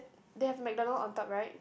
they have MacDonald on top right